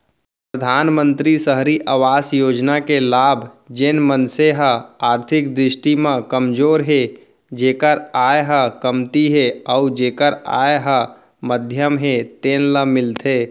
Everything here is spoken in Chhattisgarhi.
परधानमंतरी सहरी अवास योजना के लाभ जेन मनसे ह आरथिक दृस्टि म कमजोर हे जेखर आय ह कमती हे अउ जेखर आय ह मध्यम हे तेन ल मिलथे